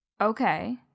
Okay